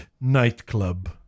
nightclub